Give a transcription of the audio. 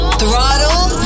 throttle